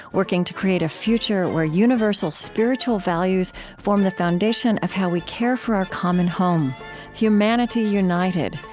working to create a future where universal spiritual values form the foundation of how we care for our common home humanity united,